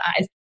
eyes